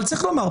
צריך לומר,